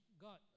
God